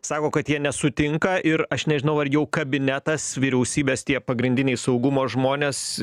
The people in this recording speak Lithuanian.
sako kad jie nesutinka ir aš nežinau ar jau kabinetas vyriausybės tie pagrindiniai saugumo žmonės